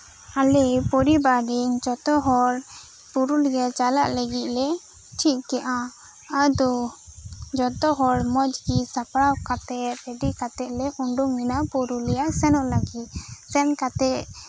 ᱟᱞᱮ ᱯᱚᱨᱤᱵᱟᱨ ᱨᱮᱱ ᱡᱚᱛᱚ ᱦᱚᱲ ᱯᱩᱨᱩᱞᱤᱭᱟᱹ ᱪᱟᱞᱟᱜ ᱞᱟᱹᱜᱤᱫ ᱞᱮ ᱴᱷᱤᱠ ᱠᱮᱫᱟ ᱟᱫᱚ ᱡᱚᱛᱚ ᱦᱚᱲ ᱢᱚᱸᱡ ᱜᱮ ᱥᱟᱯᱲᱟᱣ ᱠᱟᱛᱮ ᱨᱮᱰᱤ ᱠᱟᱛᱮ ᱞᱮ ᱩᱰᱩᱠᱮᱱᱟ ᱯᱩᱨᱩᱞᱤᱭᱟᱹ ᱥᱮᱱᱚᱜ ᱞᱟᱹᱜᱤᱫ ᱥᱮᱱ ᱠᱟᱛᱮ